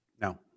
no